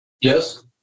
Yes